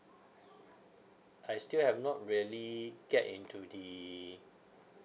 I still have not really get into the